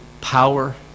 power